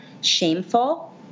shameful